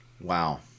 Wow